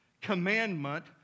commandment